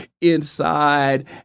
inside